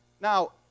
Now